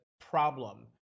problem